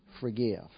forgive